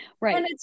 Right